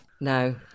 No